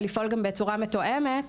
ולפעול גם בצורה מתואמת.